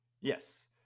Yes